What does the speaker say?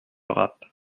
rapp